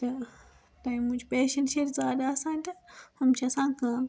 تہٕ تَمہِ موٗجوٗب پیشَنٹہٕ چھِ ییٚتہِ زیادٕ آسان تہٕ ہُم چھِ آسان کَم